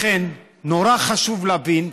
לכן, נורא חשוב להבין,